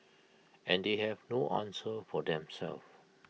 and they have no answer for themselves